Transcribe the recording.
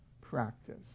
practice